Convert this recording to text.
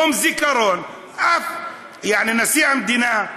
נשיא המדינה,